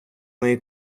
мої